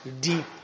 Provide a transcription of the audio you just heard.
deep